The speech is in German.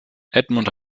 edmund